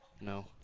No